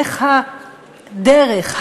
איך הדרך,